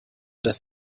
dass